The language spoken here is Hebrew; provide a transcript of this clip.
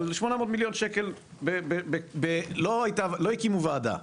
אבל 800 מיליון שקל לא הקימו ועדה,